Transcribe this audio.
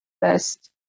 best